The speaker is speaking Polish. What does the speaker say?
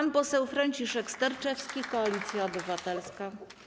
Pan poseł Franciszek Sterczewski, Koalicja Obywatelska.